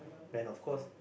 and of course